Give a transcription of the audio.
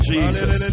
Jesus